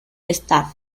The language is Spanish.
staff